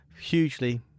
hugely